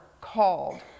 called